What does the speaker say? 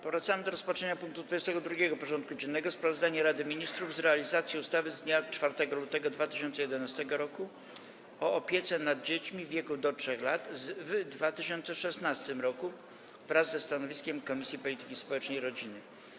Powracamy do rozpatrzenia punktu 22. porządku dziennego: Sprawozdanie Rady Ministrów z realizacji ustawy z dnia 4 lutego 2011 r. o opiece nad dziećmi w wieku do lat 3 w 2016 r. wraz ze stanowiskiem Komisji Polityki Społecznej i Rodziny.